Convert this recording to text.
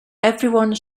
everyone